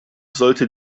sollte